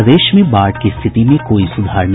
प्रदेश में बाढ़ की रिथति में कोई सुधार नहीं